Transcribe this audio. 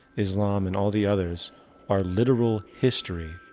islam and all the others are literal history,